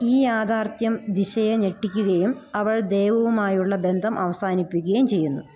ഈ യാഥാർത്ഥ്യം ദിശയെ ഞെട്ടിക്കുകയും അവൾ ദേവുമായുള്ള ബന്ധം അവസാനിപ്പിക്കുകയും ചെയ്യുന്നു